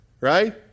Right